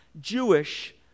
Jewish